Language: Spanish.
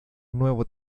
nuevo